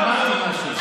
אנא ממך,